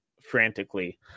frantically